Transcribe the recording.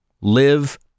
live